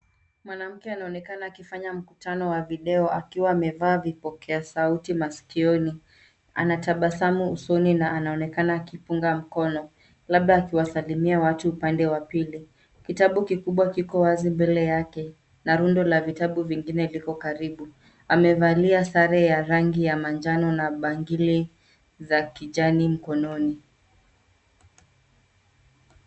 Mwanamke anaonekana akifanya mkutano wa video akiwa amevaa vipokea sauti masikioni. Ana tabasamu usoni na anaonekana akipunga mkono, labda akiwasalimia watu upande wa pili. Kitabu kikubwa kiko wazi mbele yake na rundo la vitabu vingine liko karibu. Amevalia sare ya rangi ya manjano na bangili za kijani mkononi.